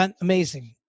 amazing